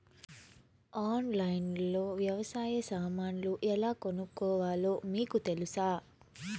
ఆన్లైన్లో లో వ్యవసాయ సామాన్లు ఎలా కొనుక్కోవాలో మీకు తెలుసా?